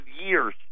years